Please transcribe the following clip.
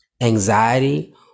anxiety